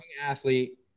athlete